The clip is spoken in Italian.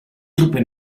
truppe